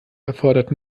erfordert